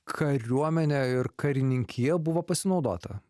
kariuomene ir karininkija buvo pasinaudota